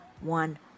one